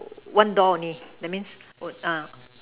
err one door only that means oh ah